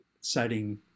citing